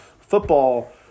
Football